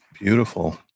Beautiful